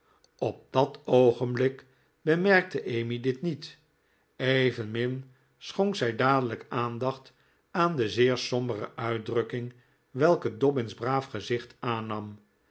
op dat oogenblik bemerkte emmy dit niet evenmin schonk zij dadelijk aandacht aan de zeer sombere uitdrukking welke dobbin's braaf gezicht aannam